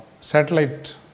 Satellite